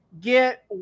get